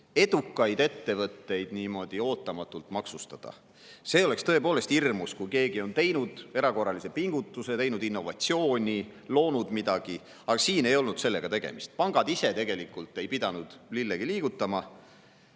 edukaid ettevõtteid niimoodi ootamatult maksustada. See oleks tõepoolest hirmus, kui keegi on teinud erakorralise pingutuse, teinud innovatsiooni või loonud midagi. Aga siin ei olnud sellega tegemist, pangad ise ei pidanud tegelikult lillegi liigutama,